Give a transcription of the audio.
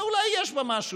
אבל אולי יש בה משהו,